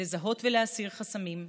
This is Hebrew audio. לזהות ולהסיר חסמים,